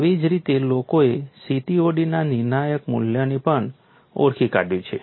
આવી જ રીતે લોકોએ CTOD ના નિર્ણાયક મૂલ્યને પણ ઓળખી કાઢ્યું છે